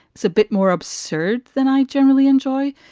it's a bit more absurd than i generally enjoy.